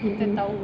mmhmm